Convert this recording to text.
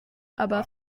aber